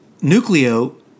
nucleo